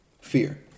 fear